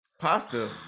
pasta